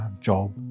job